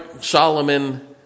Solomon